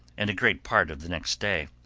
and a great part of the next day.